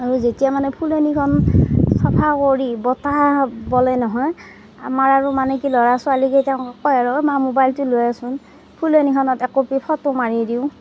আৰু যেতিয়া মানে ফুলনিখন চফা কৰি বতাহ বলে নহয় আমাৰ আৰু কি ল'ৰা ছোৱালীকেইটাই কয় আৰু অঁ মা মোবাইলটো লৈ আহচোন ফুলনিখনত একপি ফটো মাৰি দিওঁ